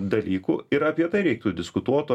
dalykų ir apie tai reiktų diskutuot o